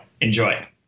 enjoy